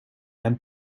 and